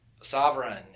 sovereign